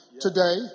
today